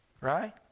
Right